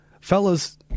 fellas